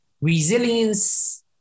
Resilience